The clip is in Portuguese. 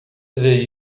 dizer